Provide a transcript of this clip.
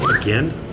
Again